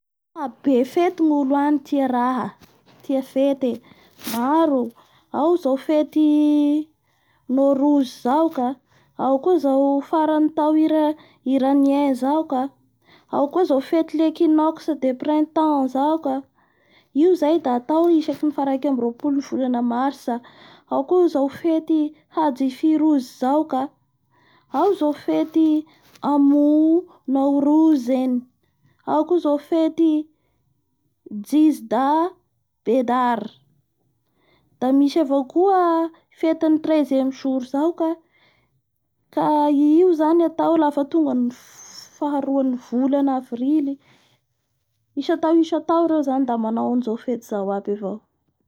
Be fety ny olo agny tia araha tia raha maro oo, ao zao fety moros zao ka ao koa zao faran'ny tao iranien zao ka ao koa zao fety l'equinoxe de printemps zao zao ka io zay da ataoisaky ny faha raika ambin'ny roapolon'ny volana mars ao koa zao fety hajifirouse zao ka ao zao fety amoumaorosen ao koa zao fety Jisdabedar.